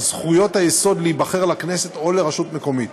זכויות היסוד להיבחר לכנסת או לרשות מקומית.